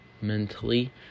mentally